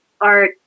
art